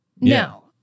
No